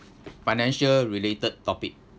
financial related topic